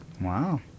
Wow